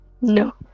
No